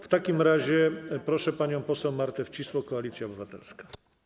W takim razie proszę panią poseł Martę Wcisło, Koalicja Obywatelska.